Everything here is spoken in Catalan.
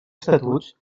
estatuts